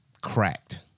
cracked